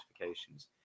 notifications